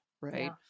Right